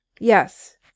Yes